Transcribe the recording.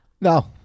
No